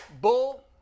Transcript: Bull